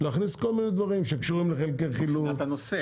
להכניס כל מיני דברים שקשורים לחלקי חילוף -- מבחינת הנושא,